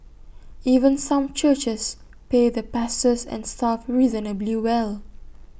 even some churches pay the pastors and staff reasonably well